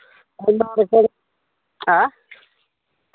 ᱚᱱᱟ ᱨᱮᱫᱚ ᱦᱮᱸ